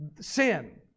sin